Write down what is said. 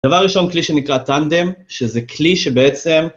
דבר ראשון, כלי שנקרא טנדם, שזה כלי שבעצם...